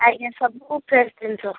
ଆଜ୍ଞା ସବୁ ଫ୍ରେଶ୍ ଜିନିଷ